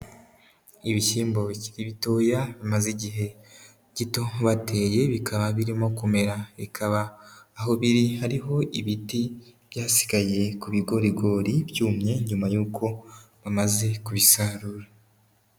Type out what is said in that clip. Ibishyimbo bikiri bitoya, bimaze igihe gito bateye, bikaba birimo kumera, bikaba aho biri hariho ibiti byasigaye ku bigorigori byumye nyuma y'uko bamaze kubisarura.